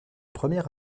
première